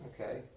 okay